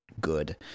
good